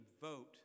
vote